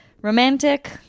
Romantic